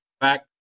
back